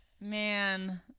man